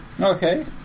Okay